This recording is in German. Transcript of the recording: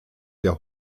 der